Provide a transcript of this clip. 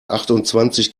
achtundzwanzig